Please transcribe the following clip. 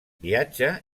viatja